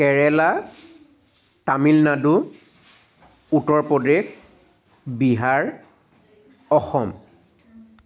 Kerala Tamil Nadu Uttar Pradesh Bihar Assam